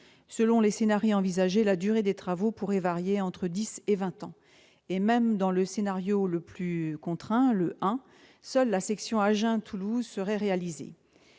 Selon les envisagés, la durée des travaux pourrait varier entre dix et vingt ans. Même dans le scénario n° 1, le plus contraint, seule la section Agen-Toulouse serait réalisée.